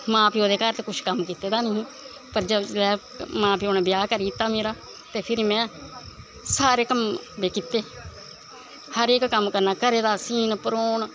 मां प्यो दे घर कुछ कम्म कीते दा गै नेईं हा पर जिसलै मां प्यो ने ब्याह् करी दित्ता मेरा ते फिर में सारे कम्म कीते हर इक कम्म करना घरै दा सीन परोन